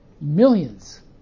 millions